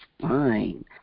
fine